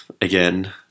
again